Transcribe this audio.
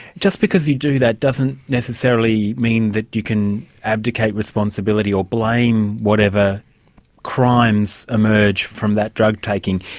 just because you do that doesn't necessarily mean that you can abdicate responsibility or blame whatever crimes emerge from that drug-taking.